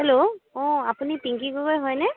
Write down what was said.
hello অ' আপুনি পিংকী গগৈ হয়নে